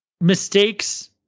mistakes